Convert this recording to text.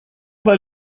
pas